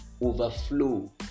overflow